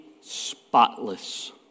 spotless